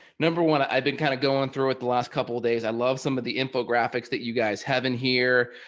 number one, i've been kind of going through it the last couple of days. i love some of the infographics that you guys have in here.